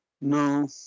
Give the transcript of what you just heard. No